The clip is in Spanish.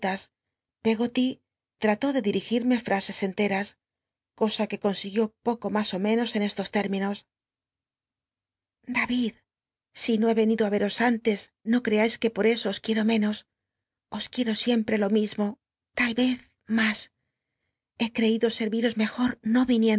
goly trató de dirigirme frases enteras cosa que consiguió poro mas ó menos en estos términos da itl si no he enido ti y ci'os antes no cl'ea i que jloi eso os quir o menos os qnico siem pre lo mismo tal ez mas né ctcido e iros mejor